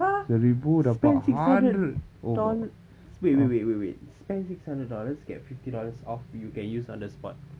!huh! spend six hundred doll~ wait wait wait wait wait spend six hundred dollars get fifty dollars off you can use on the spot